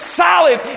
solid